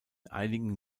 einigen